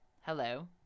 hello